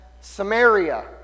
Samaria